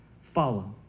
follow